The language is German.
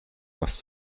was